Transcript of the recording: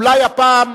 אולי הפעם,